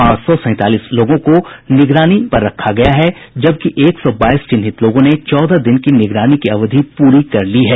पांच सौ सैंतालीस लोगों पर निगरानी की जा रही है जबकि एक सौ बाईस चिन्हित लोगों ने चौदह दिन की निगरानी की अवधि पूरी कर ली है